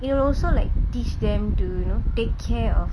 it will also like teach them to you know take care of